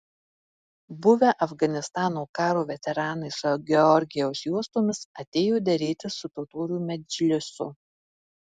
buvę afganistano karo veteranai su georgijaus juostomis atėjo derėtis su totorių medžlisu